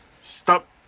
Stop